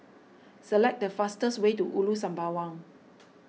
select the fastest way to Ulu Sembawang